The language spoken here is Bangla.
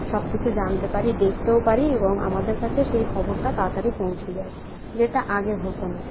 সব কিছু জানতে পারি দেখতেও পারি এবং আমাদের কাছে সেই খবরটা তাড়াতাড়ি পৌঁছে যায় যেটা আগে হতো না